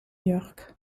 york